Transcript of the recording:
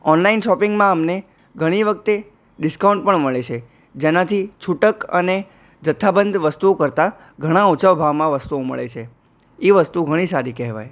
online શોપિંગમાં અમને ઘણી વખતે ડિસ્કાઉન્ટ પણ મળે છે જેનાથી છૂટક અને જથ્થાબંધ વસ્તુઓ કરતાં ઘણા ઓછા ભાવમાં વસ્તુઓ મળે છે એ વસ્તુ ઘણી સારી કહેવાય